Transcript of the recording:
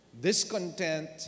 discontent